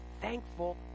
thankful